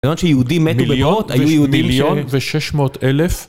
מיליון ושש מאות אלף?